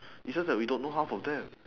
it's just that we don't know half of them